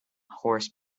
horse